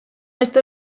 beste